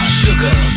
sugar